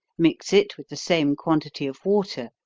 mix it with the same quantity of water,